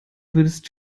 würdest